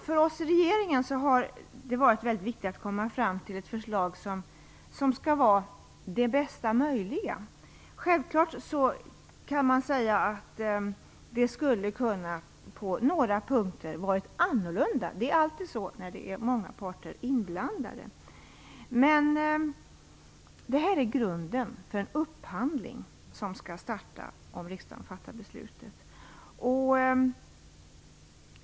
För oss i regeringen har det varit mycket viktigt att komma fram till ett förslag som är det bästa möjliga. Självfallet kan man säga att det på några punkter skulle ha kunnat vara annorlunda. Det är alltid så när många parter är inblandade. Men det här är grunden för en upphandling som skall starta om riksdagen fattar beslutet.